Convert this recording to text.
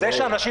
ברור.